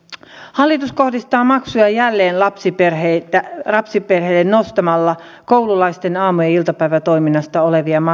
hallitus kohdistaa maksuja jälleen lapsiperheille nostamalla koululaisten aamu ja iltapäivätoiminnan maksuja